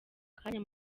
kanya